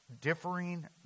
differing